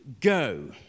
go